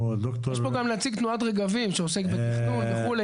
יש פה גם נציג תנועת רגבים שעוסק בתכנון וכולי,